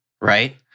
Right